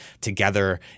together